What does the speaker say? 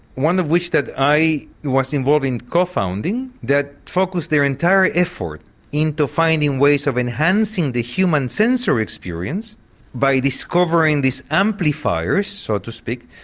one of which that i was involved in co-founding that focussed their entire effort into finding ways of enhancing the human sensory experience by discovering these amplifiers so to speak,